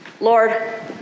Lord